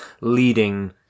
leading